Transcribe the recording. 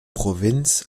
provinz